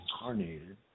incarnated